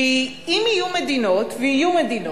כי אם יהיו מדינות, ויהיו מדינות,